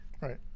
Right